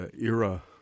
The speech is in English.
era